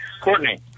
Courtney